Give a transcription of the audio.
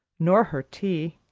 nor her tea,